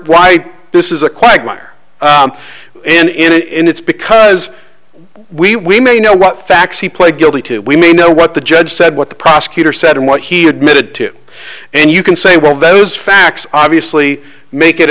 why this is a quagmire in it's because we we may know what facts he pled guilty to we may know what the judge said what the prosecutor said and what he admitted to and you can say well those facts obviously make it